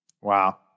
Wow